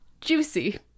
juicy